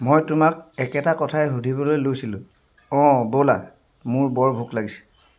মই তোমাক একেটা কথাই সুধিবলৈ লৈছিলোঁ অঁ ব'লা মোৰ বৰ ভোক লাগিছে